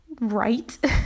right